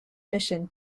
mission